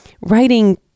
writing